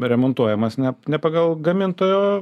remontuojamas ne ne pagal gamintojo